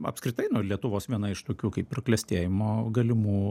apskritai nu lietuvos viena iš tokių kaip ir klestėjimo galimų